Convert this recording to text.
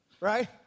right